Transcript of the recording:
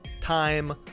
time